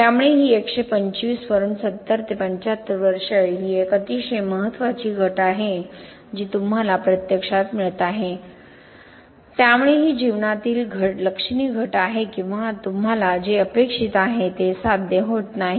त्यामुळे ही 125 वरून 70 75 वर्षे ही एक अतिशय महत्त्वाची घट आहे जी तुम्हाला प्रत्यक्षात मिळत आहे त्यामुळे ही जीवनातील लक्षणीय घट आहे किंवा तुम्हाला जे अपेक्षित आहे ते साध्य होत नाही